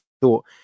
thought